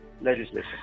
legislation